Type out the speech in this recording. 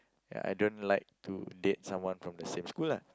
ya I don't like to date someone from the same school lah